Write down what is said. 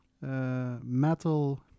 metal